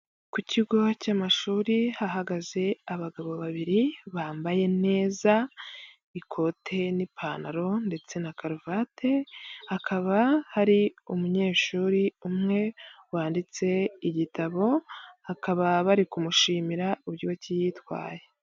Ku kigo cy'amashuri hahagaze abagabo babiri bambaye neza ikote n'ipantaro ndetse na karuvati, hakaba hari umunyeshuri umwe wanditse igitabo akaba bari kumushimira uburyoki yitwaye.